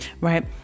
right